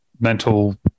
mental